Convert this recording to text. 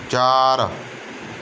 ਚਾਰ